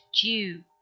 due